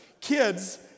Kids